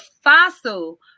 fossil